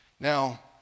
Now